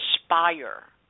inspire